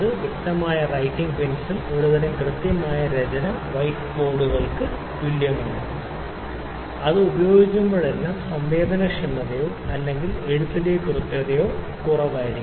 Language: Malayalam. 15 മില്ലീമീറ്ററാണ് കൃത്യമായ റൈറ്റിംഗ് പെൻസിൽ ഒരുതരം കൃത്യമായ രചനയാണ് വൈറ്റ് ബോർഡുകൾ മുതലായവയ്ക്ക് ഇത് 20 മില്ലീമീറ്ററായിരിക്കാം അത് വലുതായിത്തീരുമ്പോഴെല്ലാം അത് സംവേദനക്ഷമതയോ അല്ലെങ്കിൽ എഴുത്തിലെ കൃത്യതയോ കുറവ് ആയിരിക്കും